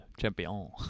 champion